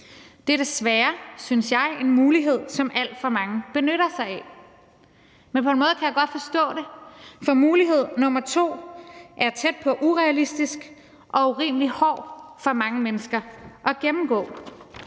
Det er desværre – synes jeg – en mulighed, som alt for mange benytter sig af. Men på en måde kan jeg godt forstå det, for mulighed nummer to er tæt på at være urealistisk og er urimelig hård for mange mennesker at gennemgå.